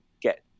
get